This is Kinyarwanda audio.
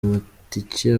amatike